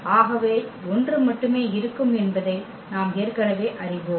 ஆகவே ஒன்று மட்டுமே இருக்கும் என்பதை நாம் ஏற்கனவே அறிவோம்